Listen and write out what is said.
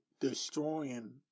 destroying